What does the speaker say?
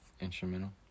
instrumental